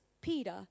Peter